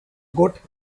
goat